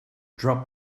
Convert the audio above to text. drop